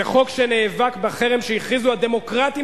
זה חוק שנאבק בחרם שהכריזו הדמוקרטים